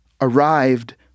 arrived